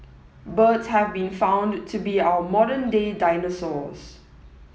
birds have been found to be our modern day dinosaurs